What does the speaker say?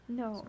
no